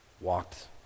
walked